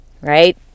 Right